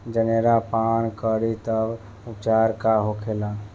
जनेरा पान करी तब उपचार का होखेला?